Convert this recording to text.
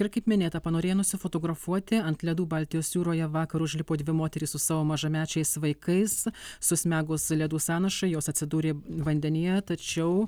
ir kaip minėta panorėjo nusifotografuoti ant ledų baltijos jūroje vakar užlipo dvi moterys su savo mažamečiais vaikais susmegus į ledų sąnašą jos atsidūrė vandenyje tačiau